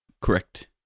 Correct